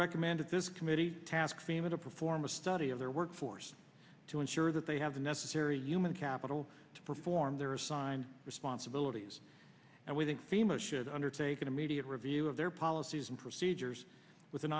recommended this committee task be able to perform a study of their workforce to ensure that they have the necessary human capital to perform their assigned responsibilities and we think fema should undertake an immediate review of their policies and procedures with an